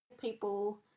people